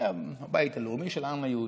שזה הבית הלאומי של העם היהודי.